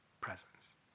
presence